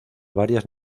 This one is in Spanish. varias